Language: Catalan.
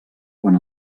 quan